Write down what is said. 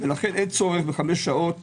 לכן אין צורך בחמש שעות